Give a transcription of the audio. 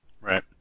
Right